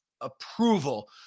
approval